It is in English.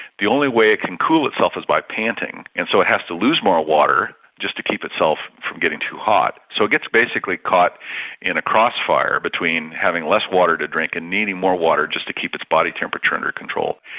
the only way it can cool itself is by panting. and so it has to lose more water just to keep itself from getting too hot. so it basically gets caught in a crossfire between having less water to drink and needing more water just to keep its body temperature under control.